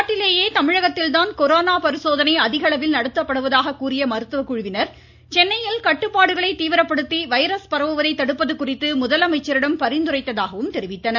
நாட்டிலேயே தமிழகத்தில்தான் கொரோனா பரிசோதனை அதிகளவில் நடத்தப்படுவதாக கூறிய மருத்துவக்குழுவினர் சென்னையில் கட்டுப்பாடுகளை தீவிரப்படுத்தி வைரஸ் பரவுவதை தடுப்பது குறித்து முதலமைச்சிடம் பரிந்துரைத்ததாகவும் தெரிவித்தனர்